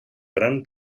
gran